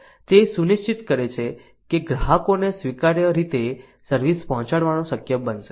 તે સુનિશ્ચિત છે કે ગ્રાહકોને સ્વીકાર્ય રીતે સર્વિસ પહોંચાડવાનું શક્ય બનશે